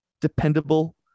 dependable